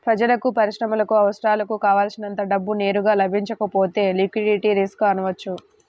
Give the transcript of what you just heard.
ప్రజలకు, పరిశ్రమలకు అవసరాలకు కావల్సినంత డబ్బు నేరుగా లభించకపోతే లిక్విడిటీ రిస్క్ అనవచ్చు